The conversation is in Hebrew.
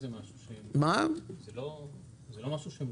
משהו שמוטען.